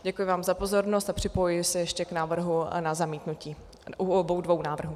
Děkuji vám za pozornost a připojuji se ještě k návrhu na zamítnutí obou návrhů.